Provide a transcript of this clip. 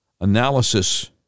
analysis